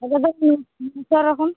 রকম